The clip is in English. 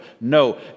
no